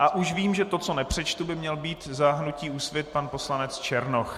A už vím, že to, co nepřečtu, by měl být za hnutí Úsvit pan poslanec Černoch.